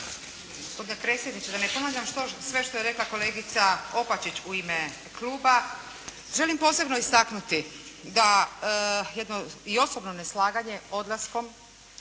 predsjedniče! Da ne ponavljam to što je već rekla kolegica Opačić u ime kluba. Želim posebno istaknuti da i jedno osobno neslaganje odlaskom